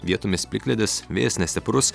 vietomis plikledis vėjas nestiprus